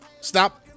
Stop